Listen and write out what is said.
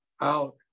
out